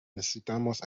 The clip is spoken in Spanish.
necesitamos